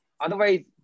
Otherwise